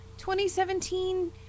2017